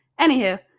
Anywho